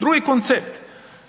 drugi koncept.